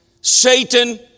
Satan